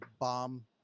bomb